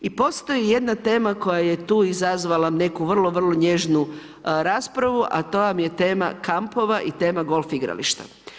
I postoji jedna tema koja je tu izazvala neku vrlo, vrlo nježnu raspravu, a to vam je tema kampova i tema golf igrališta.